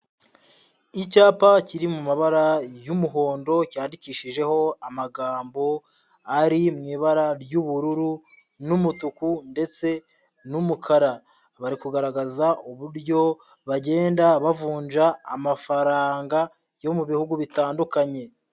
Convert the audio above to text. Icyapa kiri mu mabara y'umuhondo cyandikishijeho amagambo ari mu ibara ry'ubururu n'umutuku ndetse n'umukara, bari kugaragaza uburyo bagenda bavunja amafaranga yo mu bihugu bitandukanye.